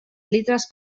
litres